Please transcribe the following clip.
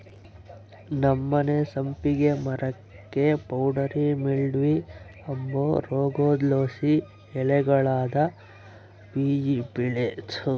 ನಮ್ಮನೆ ಸಂಪಿಗೆ ಮರುಕ್ಕ ಪೌಡರಿ ಮಿಲ್ಡ್ವ ಅಂಬ ರೋಗುದ್ಲಾಸಿ ಎಲೆಗುಳಾಗ ಬಿಳೇ ಬಣ್ಣುದ್ ತೇಪೆ ಆಗಿ ಹೂವಿನ್ ಮೇಲೆ ಸುತ ಹರಡಿಕಂಡಿತ್ತು